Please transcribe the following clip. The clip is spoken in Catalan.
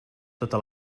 tota